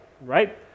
Right